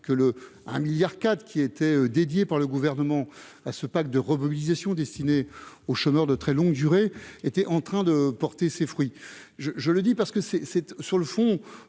que le un milliard 4 qui était dédiée par le gouvernement à ce pacte de remobilisation destinée aux chômeurs de très longue durée était en train de porter ses fruits, je, je le dis parce que c'est, c'est sur le fond,